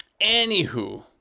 Anywho